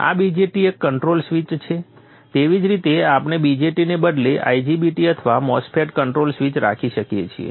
આ BJT એક controlled switch છે તેવી જ રીતે આપણે BJT ને બદલે IGBT અથવા MOSFET કન્ટ્રોલ્ડ સ્વીચ રાખી શકીએ છીએ